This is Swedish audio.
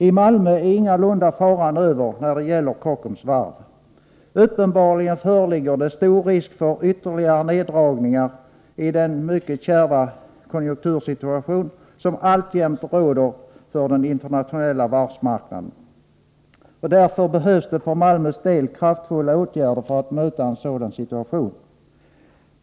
I Malmö är faran ingalunda över när det gäller Kockums varv. Uppenbarligen föreligger det stor risk för ytterligare neddragningar i den mycket kärva konjuktursituation som alltjämt råder för den internationella varvsmarknaden. Därför behövs det för Malmös del kraftfulla åtgärder för att möta en sådan situation.